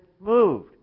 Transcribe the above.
moved